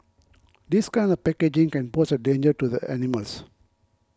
this kind of packaging can pose a danger to the animals